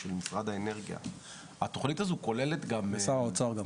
של משרד האנרגיה ושר האוצר,